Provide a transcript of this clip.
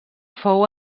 fou